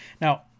Now